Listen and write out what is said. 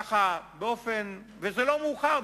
ולא מאוחר,